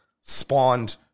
spawned